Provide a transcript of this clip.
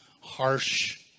harsh